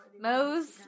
Mose